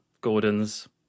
gordon's